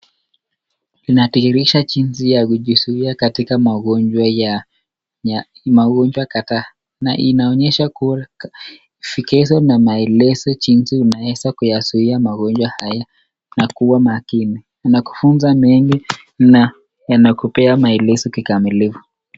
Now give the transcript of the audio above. Inadhihirisha jinsi ya kujizuia katika magonjwa ya, magonjwa kadhaa na inaonyesha vigezo na maelezo jinsi unaweza kuyazuia magonjwa haya na kuwa makini. Inakufunza mengi na yanakupea maelezo kitamilifu.